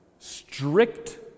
Strict